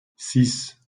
six